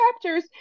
chapters